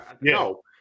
No